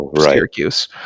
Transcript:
Syracuse